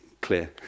clear